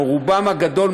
או הרוב הגדול,